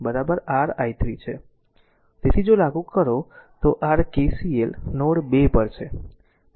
તેથી જો લાગુ કરો તો R KCL નોડ 2 પર છે